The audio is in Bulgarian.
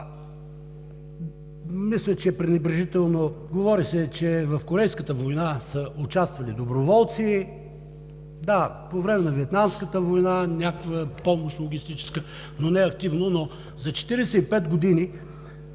Мисля, че е пренебрежително… Говори се, че в Корейската война са участвали доброволци, по време на Виетнамската война някаква логистична помощ, но не активно… За 45 години